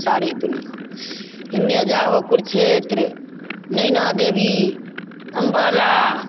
सारे दुनिआँ एन्ने जाहो कुरुक्षेत्र नैना देवी अम्बाला